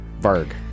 Varg